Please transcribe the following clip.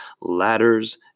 ladders